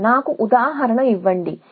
కాబట్టి నాకు ఉదాహరణ ఇవ్వండి